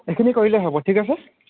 এইখিনি কৰিলেই হ'ব ঠিক আছে